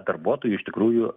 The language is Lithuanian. darbuotojų iš tikrųjų